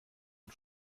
und